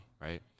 Right